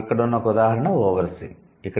నాకు ఇక్కడ ఉన్న ఒక ఉదాహరణ oversee 'ఓవర్సీ'